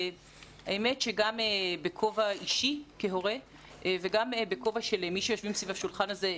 האמת היא שגם בכובע אישי כהורה וגם בכובע של מי שיושבת סביב השולחן הזה,